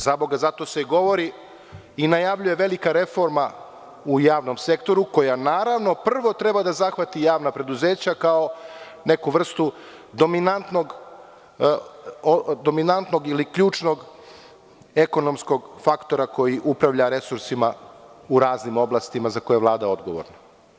Zaboga, zato se i govori i najavljuje velika reforma u javnom sektoru koja, naravno, prvo treba da zahvati javna preduzeća kao neku vrstu dominantnog ili ključnog ekonomskog faktora koji upravlja resursima u raznim oblastima za koje je Vlada odgovorna.